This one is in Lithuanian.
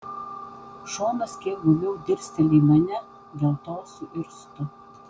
šonas kiek guviau dirsteli į mane dėl to suirztu